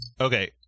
okay